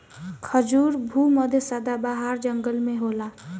खजूर भू मध्य सदाबाहर जंगल में होला